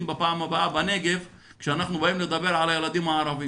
בנגב בפעם הבאה כשאנחנו באים לדבר על הילדים הערבים,